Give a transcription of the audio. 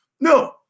No